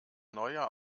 neujahr